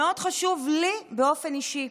והוא מאוד חשוב לי באופן אישי.